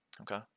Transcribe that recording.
Okay